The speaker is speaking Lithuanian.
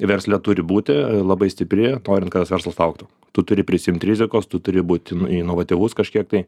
versle turi būti labai stipri norint kad tas verslas augtų tu turi prisiimt rizikos tu turi būt inovatyvus kažkiek tai